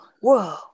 whoa